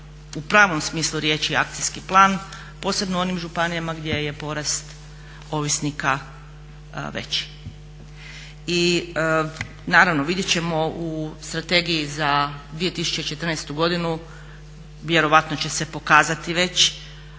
u pravom smislu riječi akcijski plan, posebno u onim županijama gdje je porast ovisnika veći. I naravno vidjet ćemo u Strategiji za 2014. godinu, vjerojatno će se pokazati već,